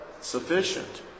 Sufficient